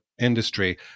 industry